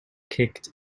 kicked